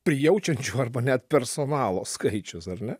prijaučiančių arba net personalo skaičius ar ne